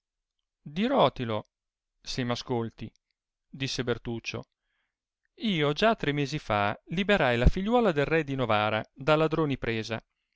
il cavalliere dirotilo se m'ascolti disse bertuccio io già tre mesi fa liberai la figliuola del re di novara da ladroni presa